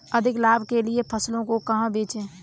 अधिक लाभ के लिए फसलों को कहाँ बेचें?